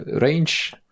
range